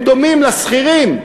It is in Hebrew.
הם דומים לשכירים,